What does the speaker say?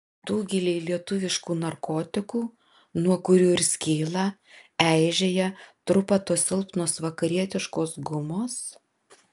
tų giliai lietuviškų narkotikų nuo kurių ir skyla eižėja trupa tos silpnos vakarietiškos gumos